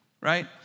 right